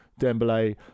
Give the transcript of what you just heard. Dembele